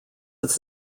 its